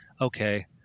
okay